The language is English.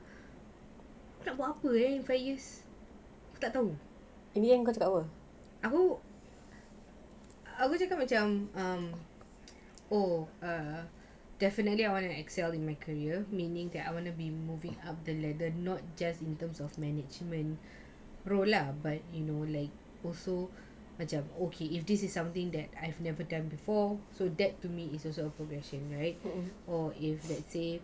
nak buat apa five year aku tak tahu aku cakap macam oh definitely I want to excel in my career meaning that I wanna be moving up the ladder not just in terms of management role lah but you know like also like macam okay if this is something that I have never done before so that to me is also a progression right or if let's say